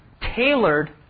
tailored